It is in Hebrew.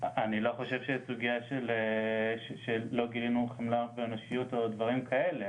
אני לא חושב שזו סוגיה שלא גילינו חמלה ואנושיות או דברים כאלה,